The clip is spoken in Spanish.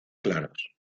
claros